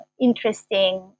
interesting